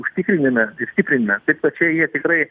užtikrinime ir stiprinime taip kad čia jie tikrai